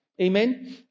Amen